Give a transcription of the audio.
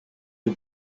you